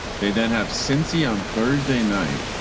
they then have cincy on thursday night.